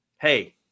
hey